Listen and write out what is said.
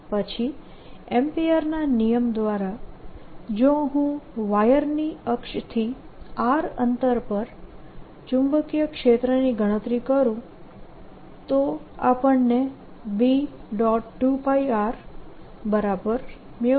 પછી એમ્પીયરના નિયમ દ્વારા જો હું વાયરની અક્ષથી r અંતર પર ચુંબકીય ક્ષેત્રની ગણતરી કરું તો આપણને B